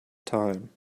time